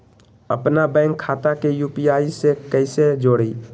अपना बैंक खाता के यू.पी.आई से कईसे जोड़ी?